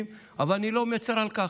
אבל אני לא מצר על כך.